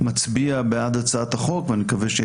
מצביע בעד הצעת החוק ואני מקווה שגם